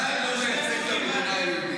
הוא עדיין לא מייצג את המדינה היהודית.